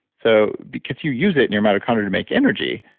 so because you use it in your mitochondria to make energy,